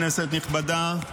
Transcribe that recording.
כנסת נכבדה,